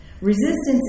Resistance